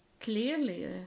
clearly